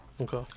Okay